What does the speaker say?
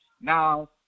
Now